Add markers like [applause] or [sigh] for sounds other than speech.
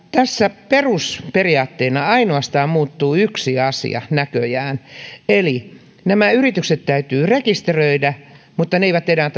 tässä perusperiaatteena muuttuu näköjään ainoastaan yksi asia nämä yritykset täytyy rekisteröidä mutta niillä ei enää [unintelligible]